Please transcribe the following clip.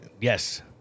Yes